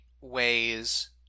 ways